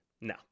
No